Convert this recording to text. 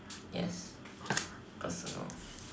yes personal